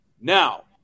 Now